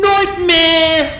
Nightmare